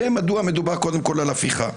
זה מדוע מדובר קודם כל על הפיכה.